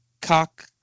cock